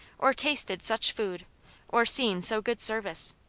or tasted such food or seen so good service.